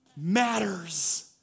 matters